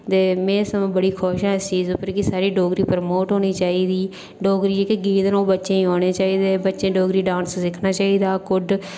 ते में ते सगुआं बड़ी खुश आं इस चीज़ उप्पर कि साढ़ी डोगरी प्रमोट होना चाहिदी डोगरी जेह्के गीत न ओह् बच्चें गी औने चाहिदे ते बच्चें डोगरी डांस सिक्खना चाहिदा कुड्ड